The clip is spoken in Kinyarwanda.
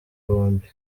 bombi